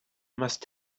must